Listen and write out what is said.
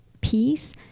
peace